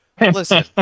Listen